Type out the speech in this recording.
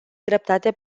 dreptate